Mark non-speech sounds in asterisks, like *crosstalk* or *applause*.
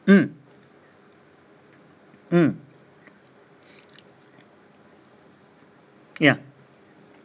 mm mm *breath* ya